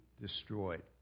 destroyed